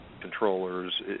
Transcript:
controllers